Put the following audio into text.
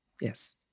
Yes